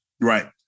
Right